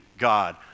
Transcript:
God